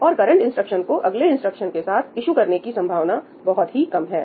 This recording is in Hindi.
और करंट इंस्ट्रक्शन को अगले इंस्ट्रक्शन के साथ ईशु करने की संभावना बहुत ही कम है